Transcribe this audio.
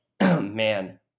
man